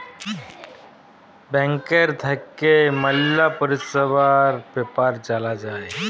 ব্যাংকের থাক্যে ম্যালা পরিষেবার বেপার জালা যায়